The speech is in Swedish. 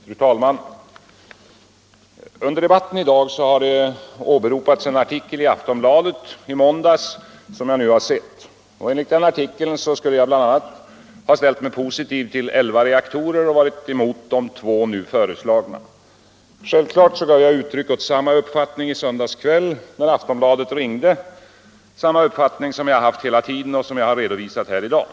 Fru talman! Under debatten i dag har det åberopats en artikel i Aftonbladet i måndags, som jag nu har läst. Enligt den artikeln skulle jag ha ställt mig positiv till elva reaktorer och varit emot de två nu föreslagna. När man ringde från Aftonbladet i söndags kväll gav jag självfallet uttryck för samma uppfattning som jag haft hela tiden och som jag har redovisat här i dag.